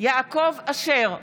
יעקב אשר,